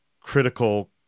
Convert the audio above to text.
critical